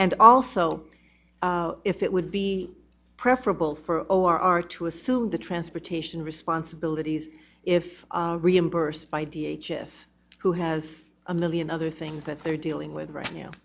and also if it would be preferable for or are to assume the transportation responsibilities if reimbursed by d h if who has a million other things that they're dealing with right